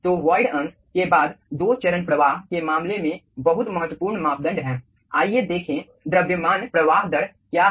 तो वॉइड अंश के बाद दो चरण प्रवाह के मामले में बहुत महत्वपूर्ण मापदंड है आइए देखें द्रव्यमान प्रवाह दर क्या है